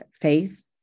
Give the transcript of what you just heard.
faith